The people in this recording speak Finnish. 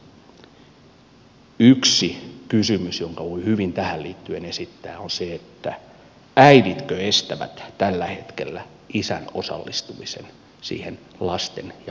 yksi kysymys jonka voi hyvin tähän liittyen esittää on se että äiditkö estävät tällä hetkellä isän osallistumisen siihen lasten ja perheen arkeen